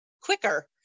quicker